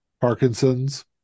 Parkinson's